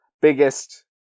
biggest